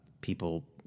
people